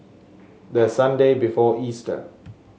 the Sunday before Easter